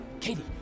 Katie